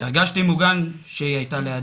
הרגשתי מוגן כשהיא היתה לידי,